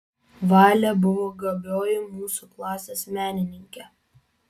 valė buvo gabioji mūsų klasės menininkė